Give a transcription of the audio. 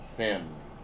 family